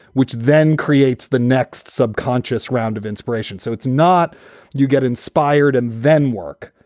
which then creates the next subconscious round of inspiration. so it's not you get inspired and then work,